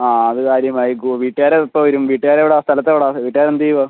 ആ അത് കാര്യമായേക്കും വീട്ടുകാർ എപ്പോൾ വരും വീട്ടുകാർ എവിടെയാണ് സ്ഥലത്ത് എവിടെയാണ് വീട്ടുകാർ എന്ത് ചെയ്യുവാണ്